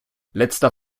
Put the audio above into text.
letzter